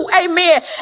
amen